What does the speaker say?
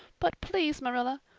but please, marilla,